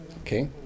okay